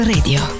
Radio